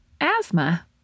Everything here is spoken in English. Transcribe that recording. asthma